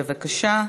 בבקשה.